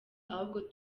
ahubwo